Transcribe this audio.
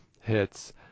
hits